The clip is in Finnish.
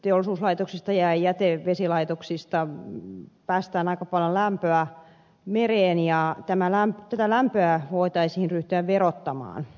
teollisuuslaitoksista ja jätevesilaitoksista päästetään aika paljon lämpöä mereen ja tätä lämpöä voitaisiin ryhtyä verottamaan